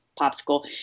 popsicle